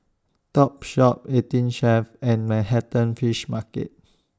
Topshop eighteen Chef and Manhattan Fish Market